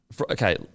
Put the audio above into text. okay